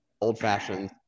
old-fashioned